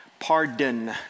Pardon